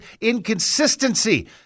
inconsistency